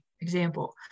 example